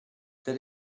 that